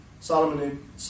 Solomon